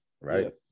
right